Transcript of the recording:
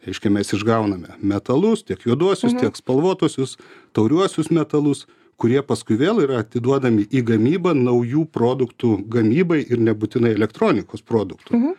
reiškia mes išgauname metalus tiek juoduosius tiek spalvotuosius tauriuosius metalus kurie paskui vėl yra atiduodami į gamybą naujų produktų gamybai ir nebūtinai elektronikos produktų